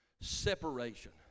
Separation